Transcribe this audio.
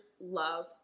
Love